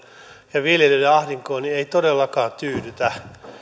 ja viljelijöiden ahdinkoon eivät todellakaan tyydytä